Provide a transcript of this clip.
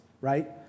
right